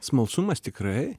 smalsumas tikrai